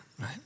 right